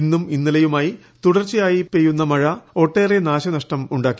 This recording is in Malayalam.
ഇന്നും ഇന്നലെയുമായി തുടർച്ചയായി പെയ്യുന്ന മഴ ഒട്ടേറെ നാശനഷ്ടമുണ്ടായി